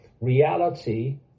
reality